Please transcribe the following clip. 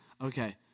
Okay